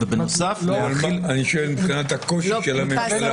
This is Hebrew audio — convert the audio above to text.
ובנוסף --- אני שואל מבחינת הקושי של הממשלה.